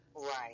Right